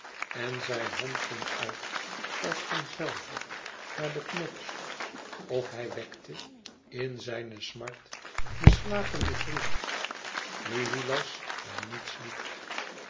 en zijn hand ging uit als van zelve naar den knots of hij wekte in zijne smart den slapenden vriend nu hylas daar niet sliep